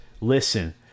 listen